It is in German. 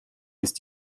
ist